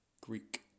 Greek